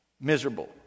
miserable